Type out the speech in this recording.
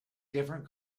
different